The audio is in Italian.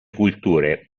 culture